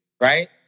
Right